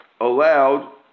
allowed